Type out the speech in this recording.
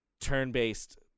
turn-based